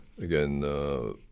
again